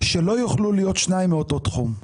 שלא יוכלו להיות שניים מאותו תחום.